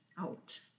out